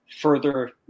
further